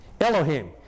Elohim